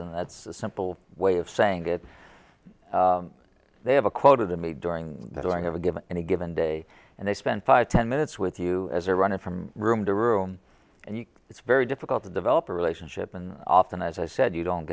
and that's a simple way of saying that they have a quote of the me during that i haven't given any given day and they spent five ten minutes with you as a runner from room to room and it's very difficult to develop a relationship and often as i said you don't